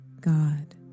God